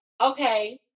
okay